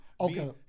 Okay